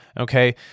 Okay